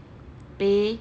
B